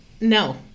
No